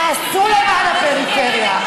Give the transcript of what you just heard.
תעשו למען הפריפריה.